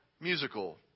musical